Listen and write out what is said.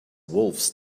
wolves